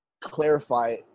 clarify